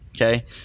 okay